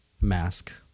mask